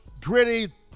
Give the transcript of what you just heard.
gritty